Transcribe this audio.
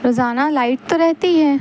روزانہ لائٹ تو رہتی ہے